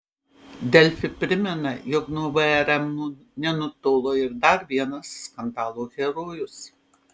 delfi primena jog nuo vrm nenutolo ir dar vienas skandalo herojus